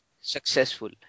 successful